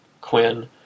Quinn